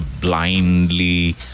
Blindly